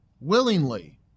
willingly